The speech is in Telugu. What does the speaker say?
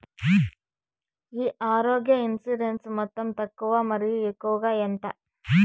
ఈ ఆరోగ్య ఇన్సూరెన్సు మొత్తం తక్కువ మరియు ఎక్కువగా ఎంత?